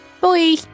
bye